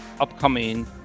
upcoming